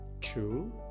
true